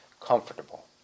comfortable